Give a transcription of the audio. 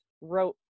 wrote